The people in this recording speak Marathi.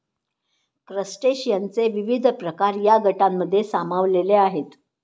क्रस्टेशियनचे विविध प्रकार या गटांमध्ये सामावलेले आहेत